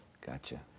gotcha